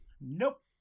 Nope